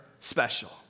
special